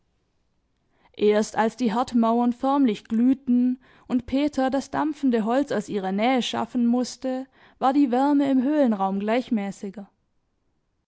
erst als die herdmauern förmlich glühten und peter das dampfende holz aus ihrer nähe schaffen mußte war die wärme im höhlenraum gleichmäßiger